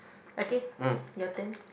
okay your turn